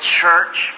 church